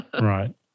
Right